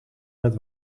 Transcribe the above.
met